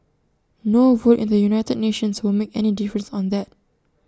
no vote in the united nations will make any difference on that